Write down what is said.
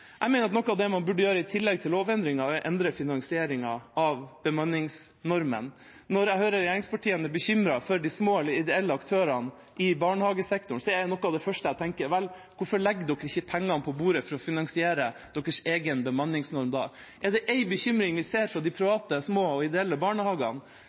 Jeg mener at noe av det man burde gjøre i tillegg til lovendringen, er å endre finansieringen av bemanningsnormen. Når jeg hører at regjeringspartiene er bekymret for de små og de ideelle aktørene i barnehagesektoren, er noe av det første jeg tenker: Vel, hvorfor legger dere ikke pengene på bordet for å finansiere deres egen bemanningsnorm, da? Er det én bekymring vi ser fra de